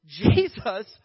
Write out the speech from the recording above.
Jesus